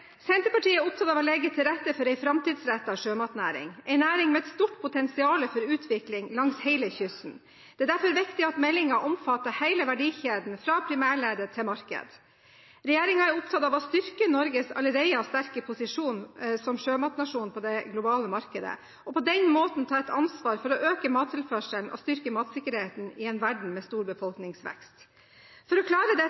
Senterpartiet er opptatt av å legge til rette for en framtidsrettet sjømatnæring – en næring med et stort potensial for utvikling langs hele kysten. Det er derfor viktig at meldingen omfatter hele verdikjeden, fra primærledd til marked. Regjeringen er opptatt av å styrke Norges allerede sterke posisjon som sjømatnasjon på det globale markedet, og på den måten ta ansvar for å øke mattilførselen og styrke matsikkerheten i en verden med stor befolkningsvekst. For å klare dette